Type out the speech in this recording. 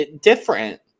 different